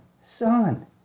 son